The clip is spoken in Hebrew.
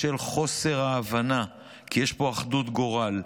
בשל חוסר ההבנה כי יש פה אחדות גורל,